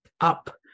up